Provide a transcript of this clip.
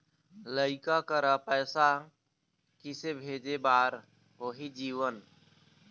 लइका करा पैसा किसे भेजे बार होही जीवन